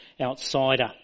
outsider